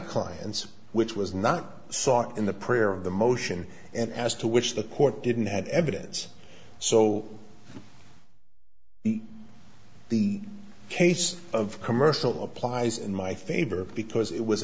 clients which was not sought in the prayer of the motion as to which the court didn't have evidence so the case of commercial applies in my favor because it was